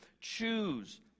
choose